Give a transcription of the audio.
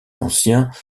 anciens